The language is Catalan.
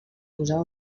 posar